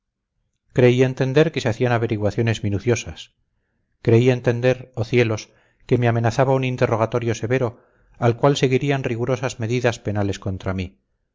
creí entender que se hacían averiguaciones minuciosas creí entender oh cielos que me amenazaba un interrogatorio severo al cual seguirían rigurosas medidas penales contra mí